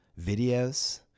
videos